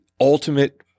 ultimate—